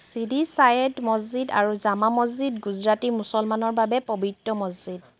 ছিদি ছাইয়েদ মছজিদ আৰু জামা মছজিদ গুজৰাটী মুছলমানৰ বাবে পবিত্ৰ মছজিদ